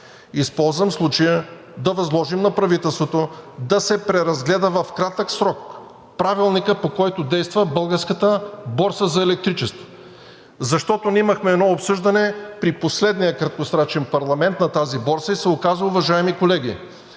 Използвам случая да възложим на правителството в кратък срок да се преразгледа Правилникът, по който действа Българската борса за електричество. Защото ние имахме едно обсъждане при последния краткосрочен парламент на тази борса и се оказа, уважаеми колеги,